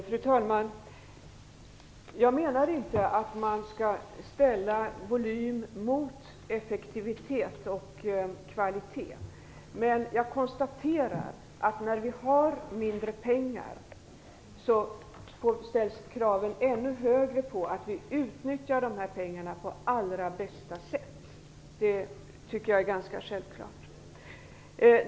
Fru talman! Jag menar inte att man skall ställa volym mot effektivitet och kvalitet, men jag konstaterar att när vi har mindre pengar blir kraven ännu högre på att vi utnyttjar dessa pengar på allra bästa sätt. Det tycker jag är ganska självklart.